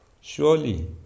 surely